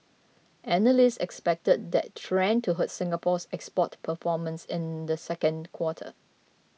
analysts expected that trend to hurt Singapore's export performance in the second quarter